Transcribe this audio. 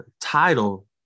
title